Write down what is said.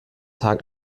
tag